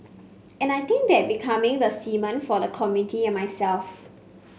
and I think that becoming the cement for the community and myself